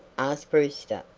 asked brewster,